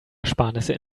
ersparnisse